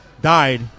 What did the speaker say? died